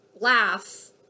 laugh